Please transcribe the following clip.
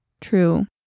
True